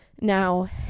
Now